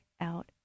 out